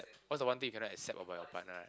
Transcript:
what's the one thing you cannot accept about your partner